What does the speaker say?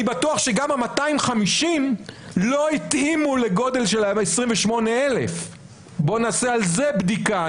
אני בטוח שגם ה-250 לא התאימו לגודל של 28,000. בואו נעשה על זה בדיקה.